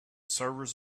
servers